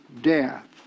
death